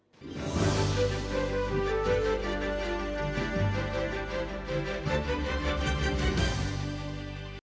Дякую.